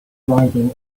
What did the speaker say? riding